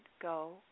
go